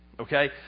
okay